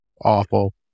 awful